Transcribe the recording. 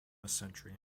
century